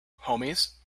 homies